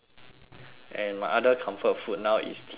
and my other comfort food now is tea party